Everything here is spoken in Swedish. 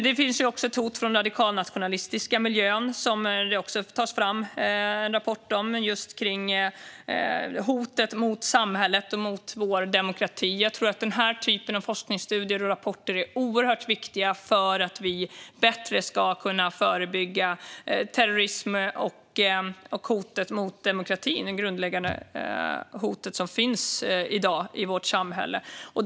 Det finns också ett hot från den radikalnationalistiska miljön, och det tas också fram en rapport om det hotet mot samhället och vår demokrati. Jag tror att den här typen av forskningsstudier och rapporter är oerhört viktiga för att vi bättre ska kunna förebygga terrorism och det grundläggande hot mot demokratin som finns i vårt samhälle i dag.